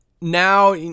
now